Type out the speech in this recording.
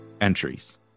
entries